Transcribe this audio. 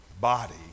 body